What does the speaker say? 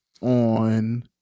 on